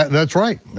that's right,